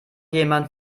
jemand